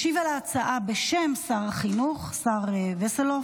ישיב על ההצעה, בשם שר החינוך, השר וסרלאוף,